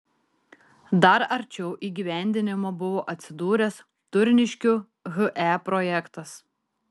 dar arčiau įgyvendinimo buvo atsidūręs turniškių he projektas